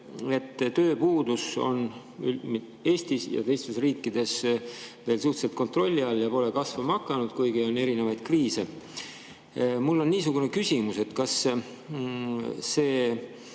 üllatunud, et Eestis ja teistes riikides on tööpuudus veel suhteliselt kontrolli all ja pole kasvama hakanud, kuigi on erinevaid kriise. Mul on niisugune küsimus, et kas see